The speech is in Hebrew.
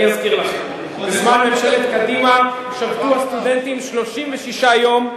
אני אזכיר לכם: בזמן ממשלת קדימה שבתו הסטודנטים 36 יום.